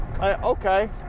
Okay